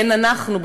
בין אנחנו,